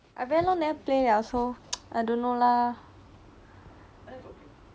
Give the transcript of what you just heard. I very long never play liao so I don't know lah